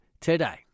today